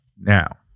Now